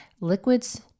Liquids